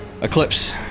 Eclipse